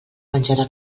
menjarà